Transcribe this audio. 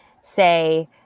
say –